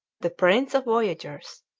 the prince of voyagers,